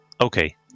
okay